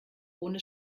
ohne